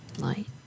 light